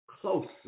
closer